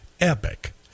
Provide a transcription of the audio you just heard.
epic